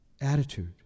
attitude